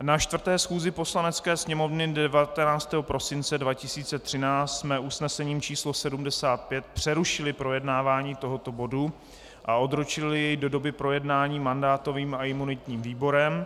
Na 4. schůzi Poslanecké sněmovny 19. prosince 2013 jsme usnesením číslo 75 přerušili projednávání tohoto bodu a odročili je do doby projednání mandátovým a imunitním výborem.